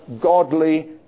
godly